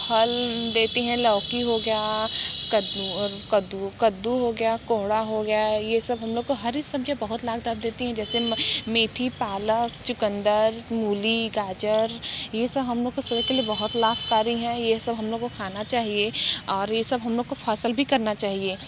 फल देती हैं लौकी हो गया कद्दू और कद्दू कद्दू हो गया कोहड़ा होगा ये सब हम लोग को हरी सब्ज़ियाँ बहुत लाभ देती हैं जैसे मेथी पालक चुकंदर मूली गाजर ये सब हम लोग के के लिए बहुत लाभकारी हैं ये सब हम लोगों को खाना चाहिए और ये सब हम लोग को फ़सल भी करना चाहिए